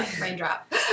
Raindrop